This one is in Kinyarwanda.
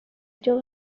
byo